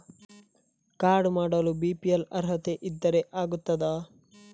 Card ಮಾಡಲು BPL ಅರ್ಹತೆ ಇದ್ದರೆ ಆಗುತ್ತದ?